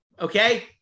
okay